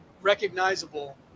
recognizable